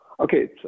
Okay